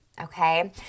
Okay